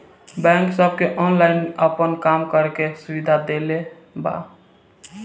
bank सबके online आपन काम करे के सुविधा देले बा